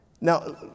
Now